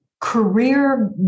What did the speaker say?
career